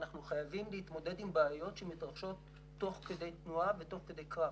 אנחנו חייבים להתמודד עם בעיות שמתרחשות תוך כדי תנועה ותוך כדי קרב.